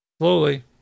Slowly